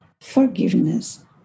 forgiveness